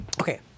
Okay